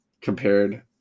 compared